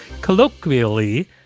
Colloquially